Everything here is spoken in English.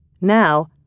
Now